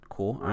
Cool